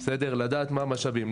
לדעת מה המשאבים,